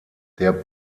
der